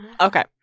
Okay